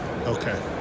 Okay